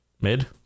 Mid